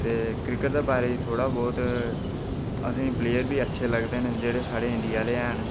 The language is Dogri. ते क्रिकेट दे बारै च थोह्ड़ा बहुत असेंगी प्लेयर बी बड़े अच्छे लगदे न जेह्ड़े साढ़े इंडिया आह्ले हैन